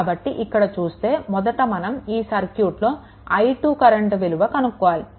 కాబట్టి ఇక్కడ చూస్తే మొదట మనం ఈ సర్క్యూట్లో i2 కరెంట్ విలువ కనుక్కోవాలి